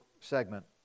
segment